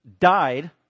died